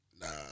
Nah